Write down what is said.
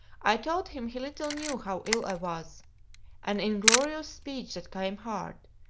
i told him he little knew how ill i was an inglorious speech that came hard,